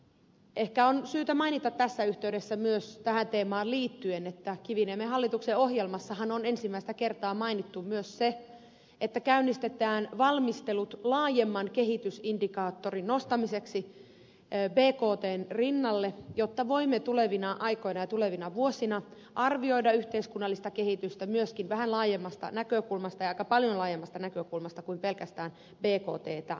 ehkä on syytä mainita tässä yhteydessä myös tähän teemaan liittyen että kiviniemen hallituksen ohjelmassahan on ensimmäistä kertaa mainittu myös se että käynnistetään valmistelut laajemman kehitysindikaattorin nostamiseksi bktn rinnalle jotta voimme tulevina aikoina ja tulevina vuosina arvioida yhteiskunnallista kehitystä myöskin vähän laajemmasta näkökulmasta ja aika paljon laajemmasta näkökulmasta kuin pelkästään bktta mitaten